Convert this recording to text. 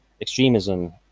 extremism